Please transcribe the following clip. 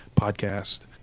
Podcast